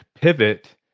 pivot